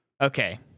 okay